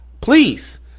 please